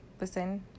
listen